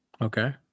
Okay